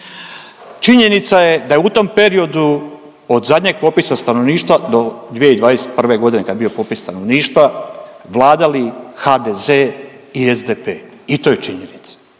Činjenica je da je u tom periodu od zadnjeg popisa stanovništva do 2021. godine kad je bio popis stanovništva vladali HDZ i SDP. I to je činjenica.